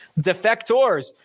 defectors